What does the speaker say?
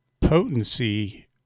potency